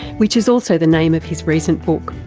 which is also the name of his recent book.